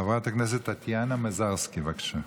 חברת הכנסת טטיאנה מזרסקי, בבקשה.